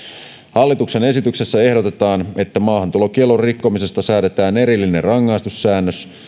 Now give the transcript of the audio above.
hallituksen esityksessä ehdotetaan että maahantulokiellon rikkomisesta säädetään erillinen rangaistussäännös